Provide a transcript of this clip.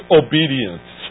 obedience